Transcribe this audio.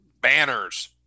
banners